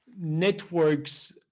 networks